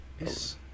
Yes